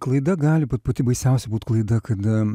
klaida gali būt pati baisiausia būt klaida kada